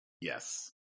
Yes